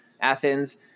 Athens